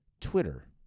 Twitter